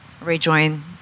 rejoin